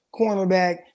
cornerback –